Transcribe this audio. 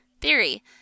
Theory